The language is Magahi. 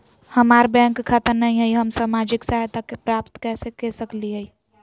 हमार बैंक खाता नई हई, हम सामाजिक सहायता प्राप्त कैसे के सकली हई?